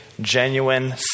genuine